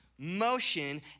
motion